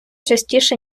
частіше